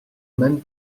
même